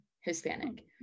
Hispanic